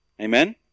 Amen